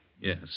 Yes